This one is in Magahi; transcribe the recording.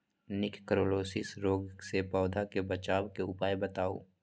निककरोलीसिस रोग से पौधा के बचाव के उपाय बताऊ?